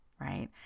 right